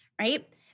right